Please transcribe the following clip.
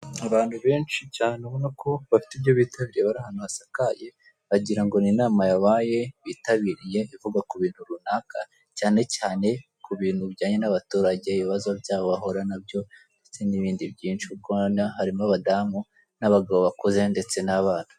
Abantu benshi cyane ubonako bafite ibyo bitabye bari ahantu hasakaye wagira ngo ni inama yabaye bitabiriye ivuga kubintu runaka cyane cyane kubintu bijyanye n'abaturage ibibazo byabo bahura nabyo ndetse n'ibindi byinshi kuko urabona harimo abadamu n'abagabo bakuze ndetse n'abana.